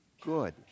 good